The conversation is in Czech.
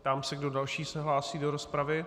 Ptám se, kdo další se hlásí do rozpravy.